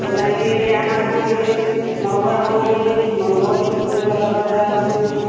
फ़िर आइए यहाँ घूमिए महुआ घूमिए महुवे घूमने वाला बाज़ार घूमिए